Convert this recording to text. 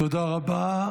תודה רבה.